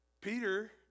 Peter